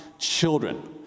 children